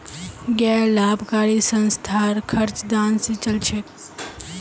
गैर लाभकारी संस्थार खर्च दान स चल छेक